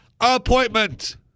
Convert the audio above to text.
appointment